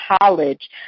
college